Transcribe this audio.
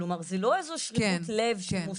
כלומר זו לא איזו שהיא שרירות של מוסד,